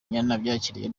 nabyakiriye